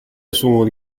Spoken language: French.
seconde